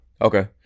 okay